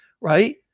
right